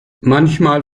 manchmal